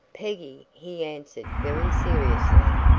peggy, he answered very seriously,